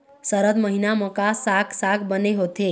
सरद महीना म का साक साग बने होथे?